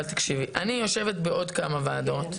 אבל תקשיבי, אני יושבת בעוד כמה ועדות,